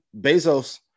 Bezos